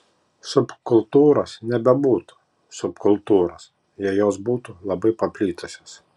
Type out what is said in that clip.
subkultūros nebebūtų subkultūros jei jos būtų labai paplitusios